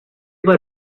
were